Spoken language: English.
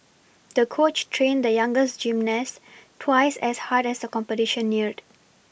the coach trained the young gymnast twice as hard as the competition neared